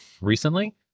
recently